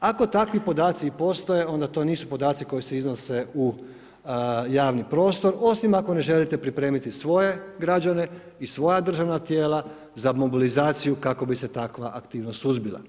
Ako takvi podaci i postoje onda to nisu podaci koji se iznose u javni prostor osim ako ne želite pripremiti svoje građane i svoja državna tijela za mobilizaciju kako bi se takva aktivnost suzbila.